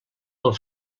pel